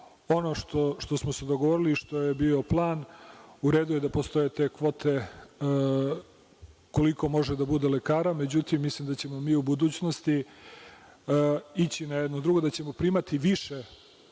Ono što smo se dogovorili, što je bio plan, u redu je da postoje te kvote koliko može da bude lekara, međutim, mislim da ćemo mi u budućnosti ići na drugo, da ćemo primati više,